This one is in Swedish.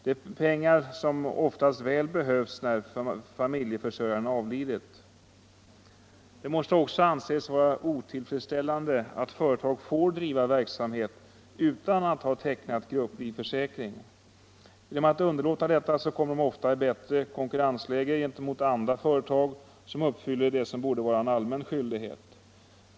Det är pengar som oftast väl behövs när familjeförsörjaren avlidit. Det måste också anses vara otillfredsställande att företag får driva verksamhet utan att ha tecknat grupplivförsäkring. Genom att underlåta detta kommer de ofta i ett bättre konkurrensläge gentemot andra företag som uppfyller det som borde vara en allmän skyldighet.